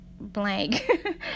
blank